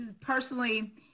personally